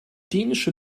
dänische